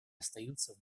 остаются